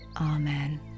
Amen